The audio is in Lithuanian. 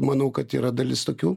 manau kad yra dalis tokių